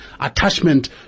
attachment